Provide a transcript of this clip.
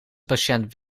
patiënt